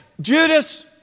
Judas